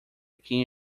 can